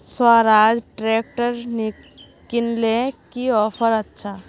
Swaraj tractor किनले की offer अच्छा?